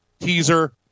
teaser